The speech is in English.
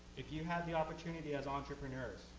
if you had the opportunity as entrepreneurs,